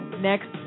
next